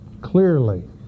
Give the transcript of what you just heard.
Clearly